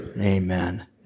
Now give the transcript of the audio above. Amen